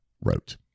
wrote